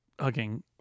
hugging